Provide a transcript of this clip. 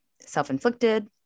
self-inflicted